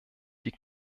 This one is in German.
die